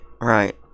right